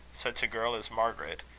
such a girl as margaret,